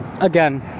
again